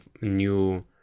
new